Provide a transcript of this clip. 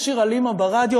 השיר על אימא ברדיו,